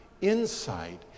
insight